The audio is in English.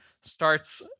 starts